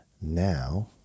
Now